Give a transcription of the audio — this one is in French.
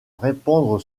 répandre